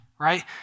right